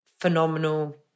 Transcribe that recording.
phenomenal